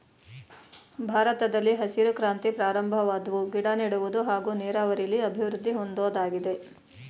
ಭಾರತದಲ್ಲಿ ಹಸಿರು ಕ್ರಾಂತಿ ಪ್ರಾರಂಭವಾದ್ವು ಗಿಡನೆಡುವುದು ಹಾಗೂ ನೀರಾವರಿಲಿ ಅಭಿವೃದ್ದಿ ಹೊಂದೋದಾಗಿದೆ